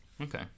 Okay